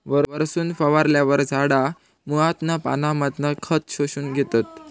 वरसून फवारल्यार झाडा मुळांतना पानांमधना खत शोषून घेतत